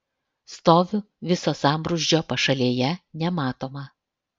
stoviu viso sambrūzdžio pašalėje nematoma